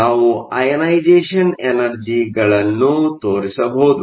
ನಾವು ಐಯನೈಸೇ಼ಷ಼ನ್ ಎನರ್ಜಿಗಳನ್ನು ತೋರಿಸಬಹುದು